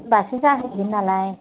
दासो जाहांदों नालाय